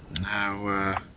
Now